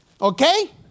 Okay